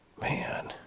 man